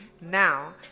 Now